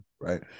right